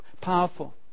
powerful